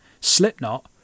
Slipknot